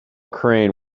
crane